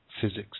physics